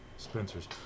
Spencer's